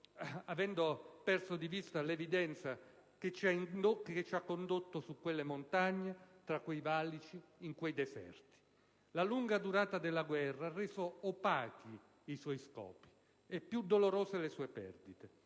avendo perso di vista l'evidenza che ci ha condotto su quelle montagne, tra quei valichi, in quei deserti. La lunga durata della guerra ha reso opachi i suoi scopi e più dolorose le sue perdite.